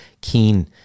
keen